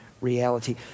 reality